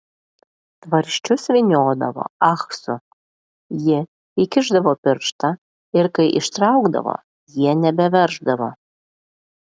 tvarsčius vyniodavo ahsu ji įkišdavo pirštą ir kai ištraukdavo jie nebeverždavo